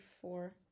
four